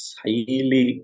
highly